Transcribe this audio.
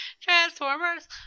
Transformers